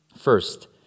First